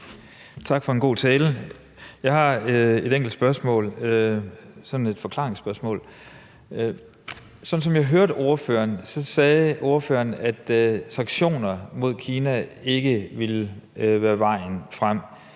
Tak for en god tale. Jeg har et enkelt spørgsmål, sådan et opklaringsspørgsmål. Sådan som jeg hørte ordføreren, sagde ordføreren, at sanktioner mod Kina ikke ville være vejen frem,